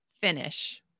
finish